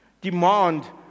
demand